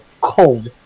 cold